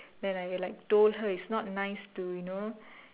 then I like told her is not nice to you know